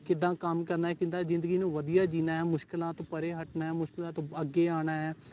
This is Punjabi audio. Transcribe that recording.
ਕਿੱਦਾਂ ਕੰਮ ਕਰਨਾ ਕਿੱਦਾਂ ਜ਼ਿੰਦਗੀ ਨੂੰ ਵਧੀਆ ਜਿਉਣਾ ਹੈ ਮੁਸ਼ਕਿਲਾਂ ਤੋਂ ਪਰੇ ਹਟਣਾ ਮੁਸ਼ਕਿਲਾਂ ਤੋਂ ਅੱਗੇ ਆਉਣਾ